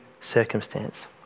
circumstance